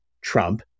Trump